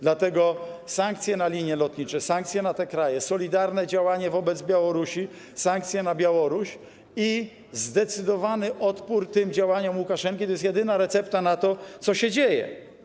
Dlatego sankcje na linie lotnicze, sankcje na te kraje, solidarne działanie wobec Białorusi, sankcje na Białoruś i zdecydowany odpór tym działaniom Łukaszenki to jest jedyna recepta na to, co się dzieje.